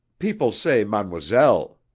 people say mademoiselle.